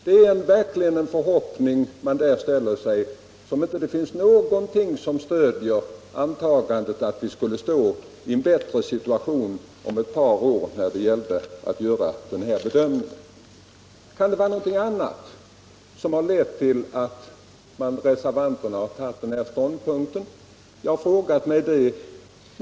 Reservanterna har den förhoppningen — men ingenting stöder detta antagande — att vi om ett par år bättre skulle kunna göra en bedömning av situationen. Kan det vara någonting annat som lett fram till att reservanterna intagit denna ståndpunkt?